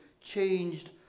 changed